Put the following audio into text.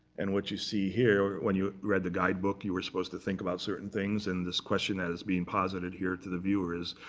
and what you see here, when you read the guidebook, you are supposed to think about certain things. and this question has been posited here to the viewers.